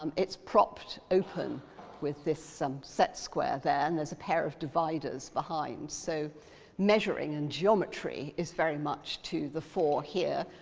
um it's propped open with this um set square there and there's a pair of dividers behind, so measuring and geometry is very much to the fore here,